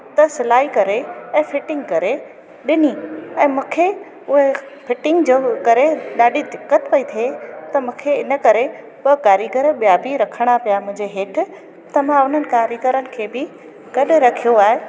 उतां सिलाई करे ऐं फिटिंग करे ॾिनी ऐं मूंखे उहे फिटिंग जो करे ॾाढी दिक़त पई थिए त मूंखे इन करे ॿ कारीगर ॿियां बि रखिणा पिया मुंहिंजे हेठि त मां उन्हनि कारीगरनि खे बि गॾु रखियो आहे